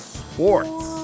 sports